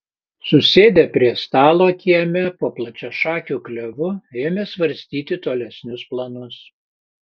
susėdę prie stalo kieme po plačiašakiu klevu ėmė svarstyti tolesnius planus